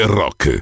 rock